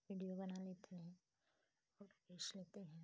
video बनाने की नहीं फोटो खींच लेते हैं